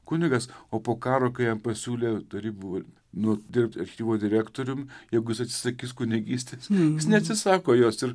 kunigas o po karo kai jam pasiūlė tarybų va nu dirbti archyvo direktorium jeigu jis atsisakys kunigystės jis neatsisako jos ir